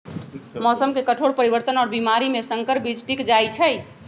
मौसम के कठोर परिवर्तन और बीमारी में संकर बीज टिक जाई छई